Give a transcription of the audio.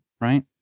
right